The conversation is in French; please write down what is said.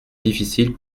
difficile